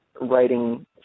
writing